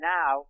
Now